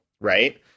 right